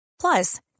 Plus